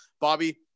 Bobby